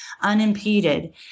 unimpeded